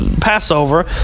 Passover